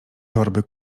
torby